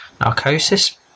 Narcosis